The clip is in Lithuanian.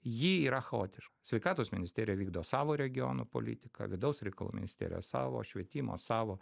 ji yra chaotiška sveikatos ministerija vykdo savo regionų politiką vidaus reikalų ministerija savo švietimo savo